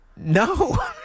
No